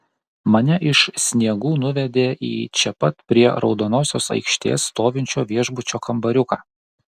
mane iš sniegų nuvedė į čia pat prie raudonosios aikštės stovinčio viešbučio kambariuką